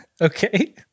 Okay